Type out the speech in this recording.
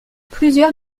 plusieurs